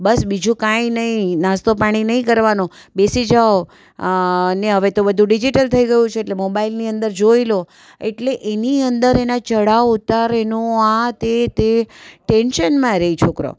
બસ બીજું કાંઈ નહીં નાસ્તો પાણી નહીં કરવાનો બેસી જાવ ને હવે તો બધું ડિજિટલ થઈ ગયું છે એટલે મોબાઇલની અંદર જોઈ લો એટલે એની અંદર એના ચઢાવ ઉતાર એનો આ તે તે તે ટેન્શનમાં રહે છોકરો